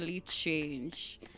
change